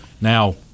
now